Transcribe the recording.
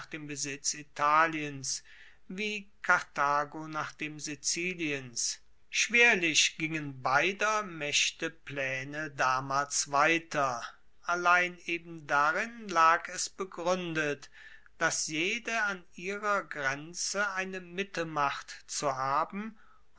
dem besitz italiens wie karthago nach dem siziliens schwerlich gingen beider maechte plaene damals weiter allein eben darin lag es begruendet dass jede an ihrer grenze eine mittelmacht zu haben